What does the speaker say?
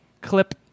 Clip